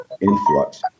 influx